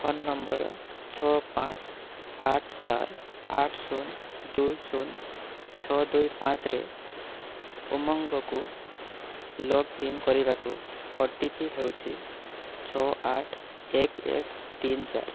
phone number ଛଅ ପାଞ୍ଚ ଆଠ ଚାରି ଆଠ ଶୂନ ଦୁଇ ଶୂନ ଛଅ ଦୁଇ ପାଞ୍ଚରେ ଉମଙ୍ଗକୁ ଲଗ୍ଇନ କରିବାକୁ ଓ ଟି ପି ହେଉଛି ଛଅ ଆଠ ଏକ ଏକ ତିନି ଚାରି